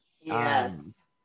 yes